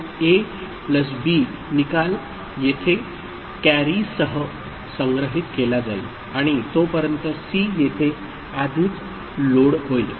तो A plus B निकाल येथे कॅरीसह संग्रहित केला जाईल आणि तोपर्यंत सी येथे आधीच लोड होईल